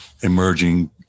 emerging